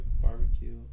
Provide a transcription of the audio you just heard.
Barbecue